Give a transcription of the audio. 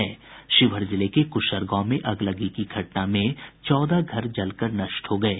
शिवहर जिले के कूशहर गांव में अगलगी की घटना में चौदह घर जलकर नष्ट हो गये